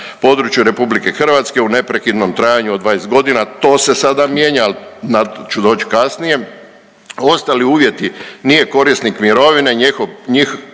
području Republike Hrvatske u neprekidnom trajanju od 20 godina. To se sada mijenja, na to ću doći kasnije. Ostali uvjeti nije korisnik mirovine.